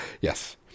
Yes